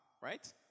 right